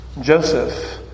Joseph